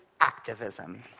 activism